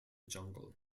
jungle